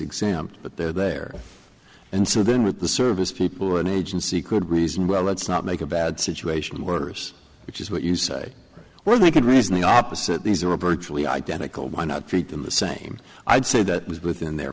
exam but they're there and so then with the service people an agency could reason well let's not make a bad situation worse which is what you say when we could reason the opposite these are perfectly identical why not treat them the same i'd say that was within their